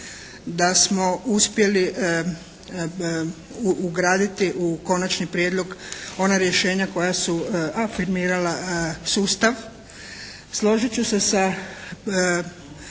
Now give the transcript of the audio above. da smo uspjeli ugraditi u konačni prijedlog ona rješenja koja su afirmirala sustav. Složit ću se sa